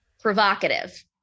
provocative